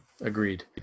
Agreed